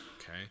Okay